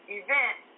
event